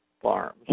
farms